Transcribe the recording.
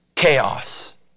Chaos